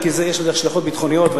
כי יש לזה השלכות ביטחוניות.